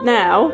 now